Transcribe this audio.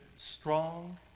strong